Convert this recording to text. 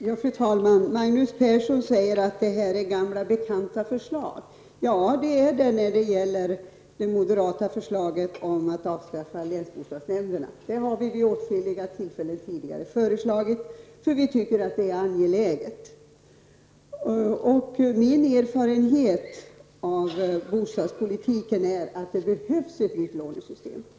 Fru talman! Magnus Persson säger att det rör sig om gamla bekanta förslag. Ja, så är det när det gäller det moderata förslaget om ett avskaffande av länsbostadsnämnderna. Detta har vi föreslagit vid åtskilliga tillfällen, eftersom vi tycker att det är angeläget att länsbostadsnämnderna avskaffas. Min erfarenhet av bostadspolitiken är att det behövs ett nytt lånesystem.